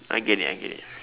I get it I get it